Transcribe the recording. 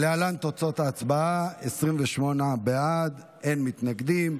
להלן תוצאות ההצבעה: 28 בעד, אין מתנגדים,